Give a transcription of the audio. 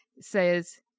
says